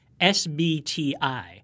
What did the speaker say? SBTI